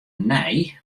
nij